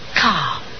Car